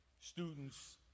students